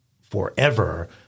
forever